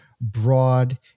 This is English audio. broad